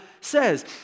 says